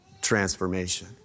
transformation